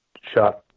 shot